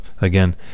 again